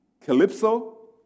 calypso